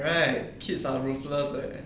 right kids are ruthless leh